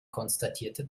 konstatierte